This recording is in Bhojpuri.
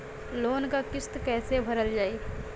लोन क किस्त कैसे भरल जाए?